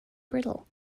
brittle